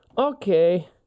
Okay